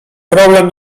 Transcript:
problem